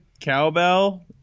cowbell